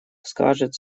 скажет